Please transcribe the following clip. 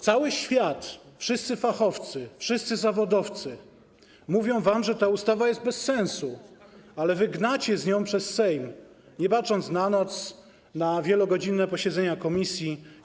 Cały świat, wszyscy fachowcy, wszyscy zawodowcy mówią wam, że ta ustawa jest bez sensu, ale wy gnacie z nią przez Sejm, nie bacząc na noc, na wielogodzinne posiedzenia komisji.